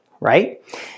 right